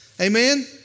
Amen